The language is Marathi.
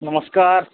नमस्कार